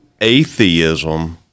atheism